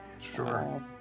sure